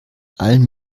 allen